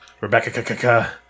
Rebecca